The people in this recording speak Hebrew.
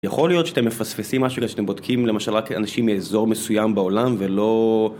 יכול להיות שאתם מפספסים משהו כדי שאתם בודקים למשל רק אנשים מאזור מסוים בעולם ולא...